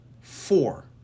four